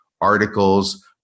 articles